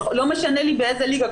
לא משנה לי באיזה ליגה,